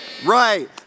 Right